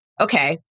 okay